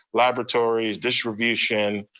laboratories, distribution.